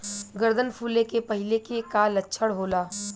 गर्दन फुले के पहिले के का लक्षण होला?